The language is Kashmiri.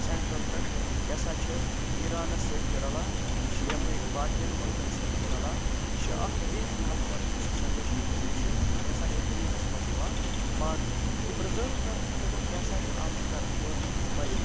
سینٹرل پٮ۪ٹھ یہِ ہسا چھِ ایٖرانَس سۭتۍ تہِ رَلان یہِ چھِ یَپٲرۍ باقیَن مُلکَن سۭتۍ تہِ رَلان یہِ چھِ اَکھ رِچ کَلچَر یُس ہسا کٔشیٖرِ ہُنٛد چھُ یہِ ہسا چھُ دُنیاہَس منٛز یِوان ماننہٕ یہِ پرٛزٲرٕو کَرنہٕ خٲطرٕ کیٛاہ سا چھُ آمُت کرنہٕ گورمِنٹَس پَزِ